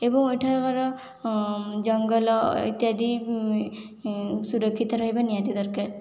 ଏବଂ ଏଠାକାର ଜଙ୍ଗଲ ଇତ୍ୟାଦି ସୁରକ୍ଷିତ ରହିବା ନିହାତି ଦରକାର